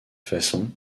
façons